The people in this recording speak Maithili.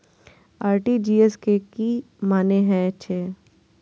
आर.टी.जी.एस के की मानें हे छे?